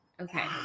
okay